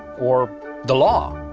or the law?